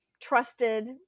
trusted